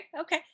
okay